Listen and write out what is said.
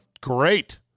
great